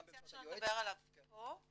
גם --- ואני מציעה שלא נדבר עליו פה כרגע,